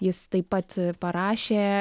jis taip pat parašė